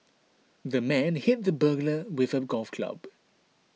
the man hit the burglar with a golf club